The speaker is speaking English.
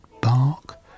bark